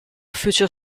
future